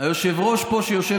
לא יהיה